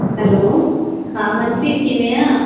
hello ਹਾਂ ਮਨਪ੍ਰੀਤ ਕਿਵੇਂ ਆ